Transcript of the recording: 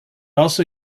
also